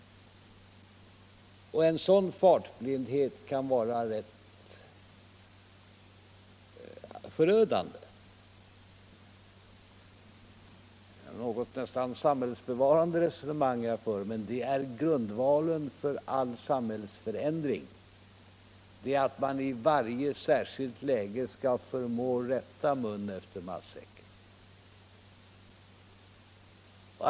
En sådan fartblindhet kan vara rätt förödande. Det är ett något samhällsbevarande resonemang jag nu för, men grundvalen för all samhällsförändring är att man i varje särskilt läge förmår rätta mun efter matsäcken.